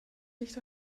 licht